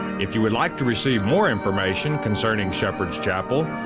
if you would like to receive more information concerning shepherd's chapel,